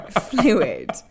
Fluid